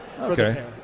Okay